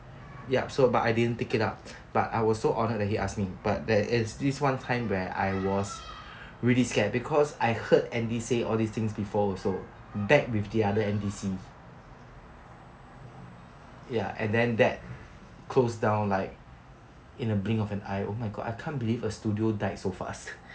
ya so but I didn't take it up but I was so honoured that he asked me but there is this one time where I was really scared because I heard andy say all these things before also back with the other M_D_C ya and then that closed down like in a blink of a eye oh my god I can't believe a studio died so fast